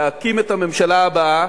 להקים את הממשלה הבאה,